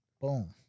Boom